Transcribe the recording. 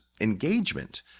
engagement